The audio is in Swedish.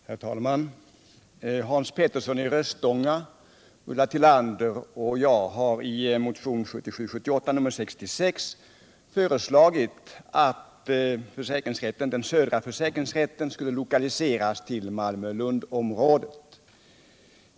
Herr talman! Hans Petersson i Röstånga, Ulla Tillander och jag har i motionen 1977 Lund-området.